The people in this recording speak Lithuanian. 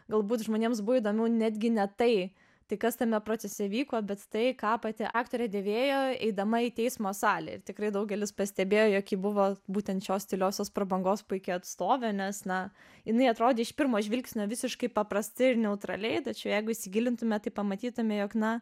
galbūt žmonėms buvo įdomiau netgi ne tai tai kas tame procese vyko bet tai ką pati aktorė dėvėjo eidama į teismo salę ir tikrai daugelis pastebėjo jog ji buvo būtent šios tyliosios prabangos puiki atstovė nes na jinai atrodė iš pirmo žvilgsnio visiškai paprasti ir neutraliai tačiau jeigu įsigilintume tai pamatytume jog na